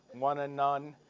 one a nun.